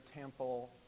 temple